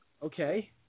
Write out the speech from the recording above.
Okay